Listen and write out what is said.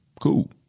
Cool